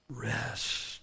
rest